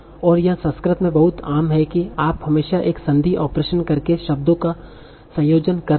और यह संस्कृत में बहुत आम है कि आप हमेशा एक संदी ऑपरेशन करके शब्दों का संयोजन कर रहे हैं